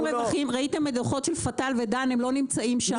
ראיתם דוחות של פתאל ודן, הם לא נמצאים שם.